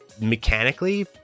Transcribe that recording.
mechanically